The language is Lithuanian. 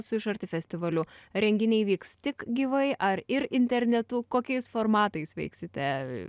su iš arti festivaliu renginiai vyks tik gyvai ar ir internetu kokiais formatais veiksite